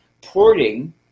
porting